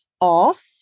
off